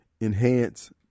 enhance